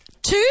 Two